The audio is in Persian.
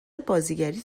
بازیگریت